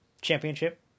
championship